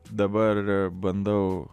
dabar bandau